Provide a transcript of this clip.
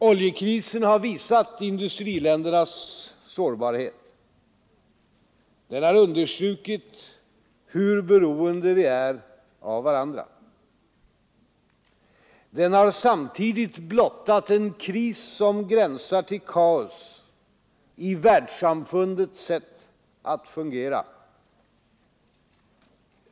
Oljekrisen har visat industriländernas sårbarhet. Den har understrukit hur beroende vi är av varandra. Den har samtidigt blottat en kris som gränsar till kaos i världssamfundets sätt att fungera.